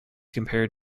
compared